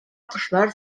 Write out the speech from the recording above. кошлар